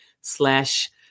slash